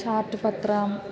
chart पत्रम्